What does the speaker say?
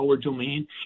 domain